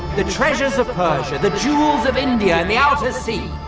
the treasures of persia, the jewels of india and the outer sea!